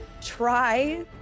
try